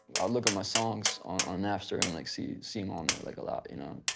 i'll look on my songs on napster and like see, see um on it like a lot, you know.